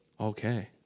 okay